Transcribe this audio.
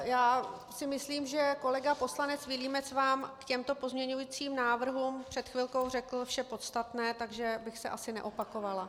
Já si myslím, že kolega poslanec Vilímec vám k těmto pozměňovacím návrhům před chvilkou řekl vše podstatné, takže bych se asi neopakovala.